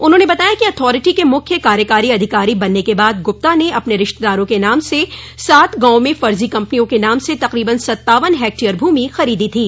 उन्होंने बताया कि अथॉरिटी के मुख्य कार्यकारी अधिकारी बनने के बाद गुप्ता ने अपने रिश्तेदारों के नाम से सात गांवों में फर्जा कम्पनियों के नाम से तकरीबन सत्तावन हेक्टेयर भूमि खरीदी थी